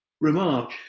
remark